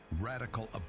radical